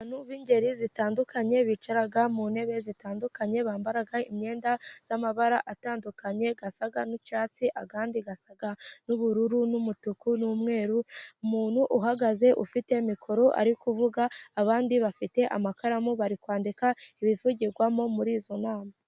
Abantu b'ingeri zitandukanye bicaye mu ntebe zitandukanye, bambaye imyenda y'amabara atandukanye asa n'icyatsi andi asa n'ubururu n'umutuku n'umweru. Umuntu uhagaze ufite mikoro ari kuvuga, abandi bafite amakaramu bari kwandika ibivugirwamo muri iyo nama.